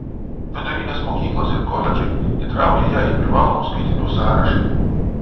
vidurinės mokyklos ir koledžai įtraukia ją į privalomų skaitinių sąrašą